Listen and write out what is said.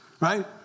Right